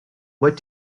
what